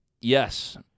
Yes